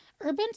Urban